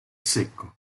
secco